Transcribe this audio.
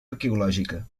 arqueològica